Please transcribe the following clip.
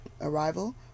arrival